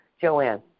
Joanne